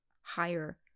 higher